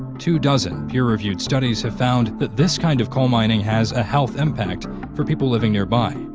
two dozen peer-reviewed studies have found that this kind of coal mining has a health impact for people living nearby.